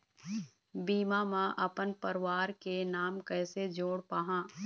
बीमा म अपन परवार के नाम कैसे जोड़ पाहां?